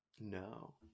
No